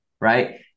right